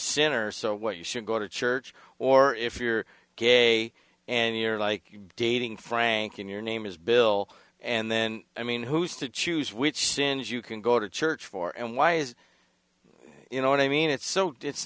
sinners so what you should go to church or if you're gay and you're like dating franking your name is bill and then i mean who's to choose which sins you can go to church for and why is you know what i mean it's so it's